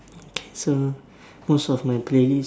okay so most of my playlist